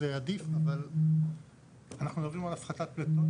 זה עדיף אבל אנחנו מדברים על הפחתת פליטות,